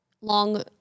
long